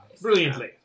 Brilliantly